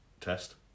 test